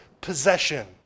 possession